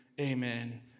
amen